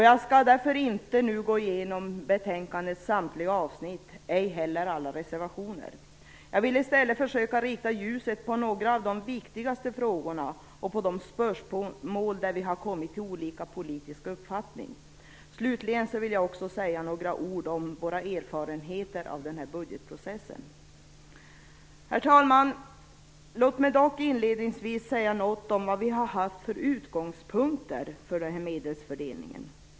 Jag skall därför inte nu gå igenom betänkandets samtliga avsnitt, ej heller alla reservationer. Jag vill i stället försöka att rikta ljuset på några av de viktigaste frågorna och på de spörsmål där vi har kommit till olika politiska uppfattningar. Slutligen vill jag säga några ord om våra erfarenheter av den nya budgetprocessen. Herr talman! Låt mig dock inledningsvis säga något om vad vi har haft för utgångspunkter för medelsfördelningen.